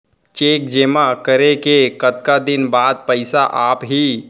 Cheque जेमा करें के कतका दिन बाद पइसा आप ही?